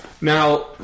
Now